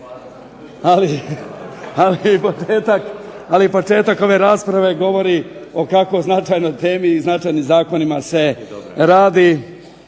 Ali i početak ove rasprave govori o kako značajnoj temi i značajnim zakonima se radi,